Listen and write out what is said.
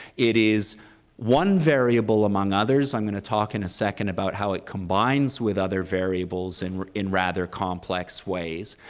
it is one variable among others. i'm gonna talk in a second about how it combines with other variables and in rather complex ways.